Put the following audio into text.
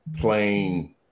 playing